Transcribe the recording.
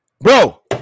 Bro